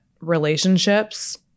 relationships